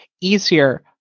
easier